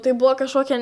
tai buvo kažkokia